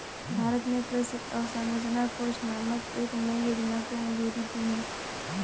भारत ने कृषि अवसंरचना कोष नामक एक नयी योजना को मंजूरी दी है